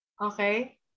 Okay